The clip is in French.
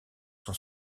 sont